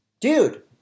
Dude